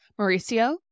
Mauricio